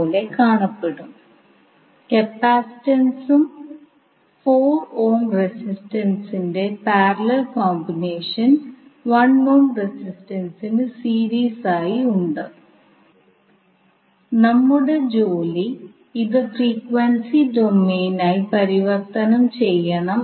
ഉൾപ്പെടുന്ന ഒരു super node നമുക്ക് സൃഷ്ടിക്കാം മാത്രമല്ല ഈ സൂപ്പർ നോഡിൽ നമുക്ക് കെസിഎൽ പ്രയോഗിക്കുകയും ചെയ്യാം